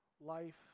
life